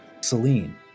Celine